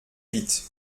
vite